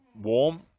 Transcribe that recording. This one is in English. warm